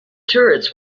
turrets